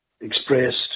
expressed